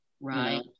Right